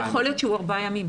יכול להיות שהוא ארבעה ימים.